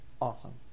Awesome